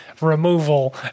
removal